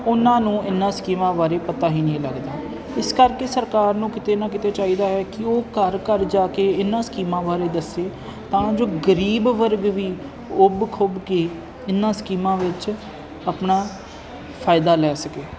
ਉਹਨਾਂ ਨੂੰ ਇਹਨਾਂ ਸਕੀਮਾਂ ਬਾਰੇ ਪਤਾ ਹੀ ਨਹੀਂ ਲੱਗਦਾ ਇਸ ਕਰਕੇ ਸਰਕਾਰ ਨੂੰ ਕਿਤੇ ਨਾ ਕਿਤੇ ਚਾਹੀਦਾ ਹੈ ਕਿ ਉਹ ਘਰ ਘਰ ਜਾ ਕੇ ਇਹਨਾਂ ਸਕੀਮਾਂ ਬਾਰੇ ਦੱਸੇ ਤਾਂ ਜੋ ਗਰੀਬ ਵਰਗ ਵੀ ਉੱਭ ਖੁੱਭ ਕੇ ਇਹਨਾ ਸਕੀਮਾਂ ਵਿੱਚ ਆਪਣਾ ਫਾਇਦਾ ਲੈ ਸਕੇ